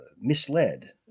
misled